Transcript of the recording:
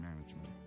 management